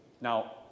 now